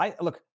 Look